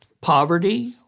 poverty